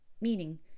meaning